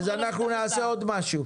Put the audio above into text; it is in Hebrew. קרן, אז אנחנו נעשה עוד משהו.